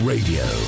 Radio